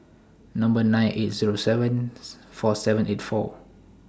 Number nine eight Zero seven four seven eight four